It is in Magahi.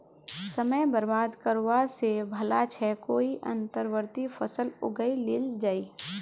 समय बर्बाद करवा स भला छ कोई अंतर्वर्ती फसल उगइ लिल जइ